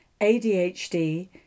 ADHD